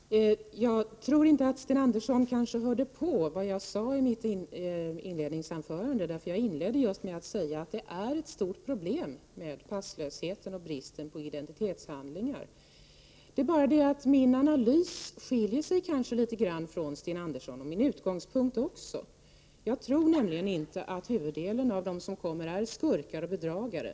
Herr talman! Jag tror inte att Sten Andersson i Malmö hörde på vad jag sade i mitt inledningsanförande. Jag inledde just med att säga att passlöshet och brist på identitetshandlingar är ett stort problem. Men min analys och min utgångspunkt skiljer sig litet grand från Sten Anderssons. Jag tror nämligen inte att huvuddelen av dem som kommer hit är skurkar och bedragare.